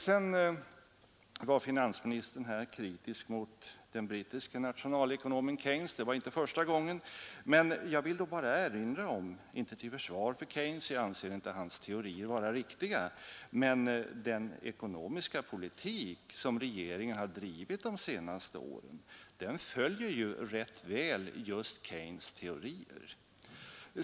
Sedan var finansministern kritisk mot den brittiske nationalekonomen Keynes. Det var inte första gången, men jag vill bara erinra om — inte till försvar för Keynes, eftersom jag inte anser hans teorier vara riktiga — att den ekonomiska politik som regeringen drivit under de senaste åren rätt väl följer just Keynes” teorier.